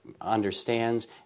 understands